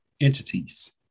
entities